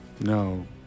No